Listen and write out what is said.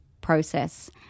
process